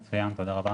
מצוין, תודה רבה.